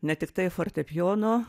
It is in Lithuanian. ne tiktai fortepijono